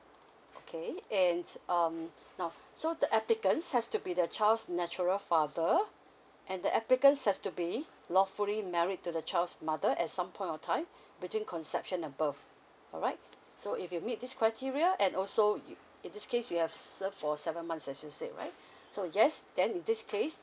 okay and um so the applicants has to be the child's natural father and the applicants has to be lawfully married to the child's mother at some point of time between conception above alright so if you meet this criteria and also you in this case you have serve for seven months as you said right so yes then in this case